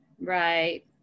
Right